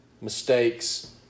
mistakes